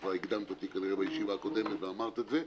וכבר הקדמת אותי כנראה בישיבה הקודמת ואמרת את זה,